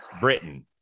Britain